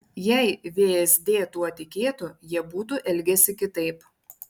jei vsd tuo tikėtų jie būtų elgęsi kitaip